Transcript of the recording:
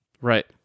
Right